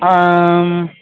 आम्